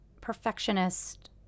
perfectionist